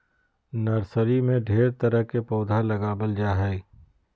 nursery में ढेर तरह के पौधा लगाबल जा हइ